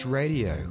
radio